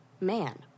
man